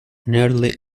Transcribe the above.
nearly